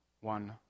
one